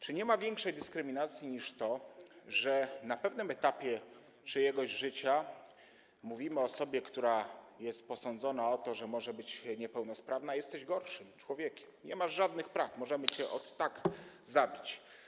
Czy nie ma większej dyskryminacji niż to, że na pewnym etapie jej życia mówimy osobie, która jest posądzona o to, że może być niepełnosprawna: jesteś gorszym człowiekiem, nie masz żadnych praw, możemy cię ot tak zabić?